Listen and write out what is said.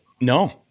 No